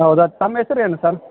ಹೌದಾ ತಮ್ಮ ಹೆಸರ್ ಏನು ಸರ್